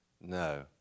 No